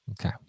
Okay